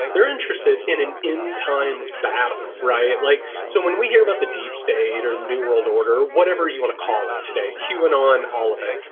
they're interested in an in times battle. right. like so so when we hear about the deep state or new world order, whatever you want to call it today, cuban on all of it,